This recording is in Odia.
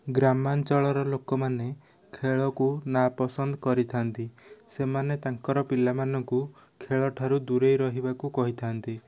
ଗ୍ରାମାଞ୍ଚଳର ଲୋକମାନେ ଖେଳକୁ ନାପସନ୍ଦ କରିଥାନ୍ତି ସେମାନେ ତାଙ୍କର ପିଲାମାନଙ୍କୁ ଖେଳ ଠାରୁ ଦୂରେଇ ରହିବାକୁ କହିଥାନ୍ତି